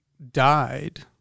died